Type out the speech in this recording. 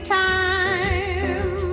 time